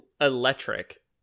electric